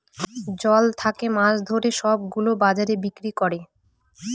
জল থাকে মাছ ধরে সব গুলো বাজারে বিক্রি করে